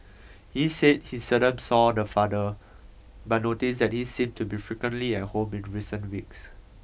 he said he seldom saw the father but noticed that he seemed to be frequently at home in recent weeks